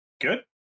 Good